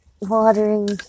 watering